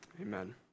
amen